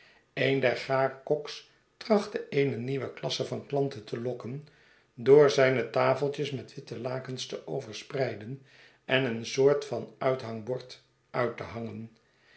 een der gaarkoks trachtte eene nieuwe klasse van klanten te lokken door zijne tafeltjes met witte lakens te overspreiden en een soort van uithangbord uit te hangen